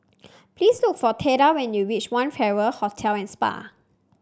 please look for Theda when you reach One Farrer Hotel and Spa